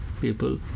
people